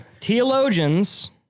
theologians